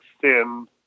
Thin